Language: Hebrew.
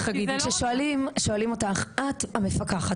כששואלים אותך 'את המפקחת,